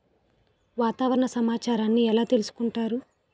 వాతావరణ సమాచారాన్ని ఎలా తెలుసుకుంటారు?